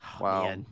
Wow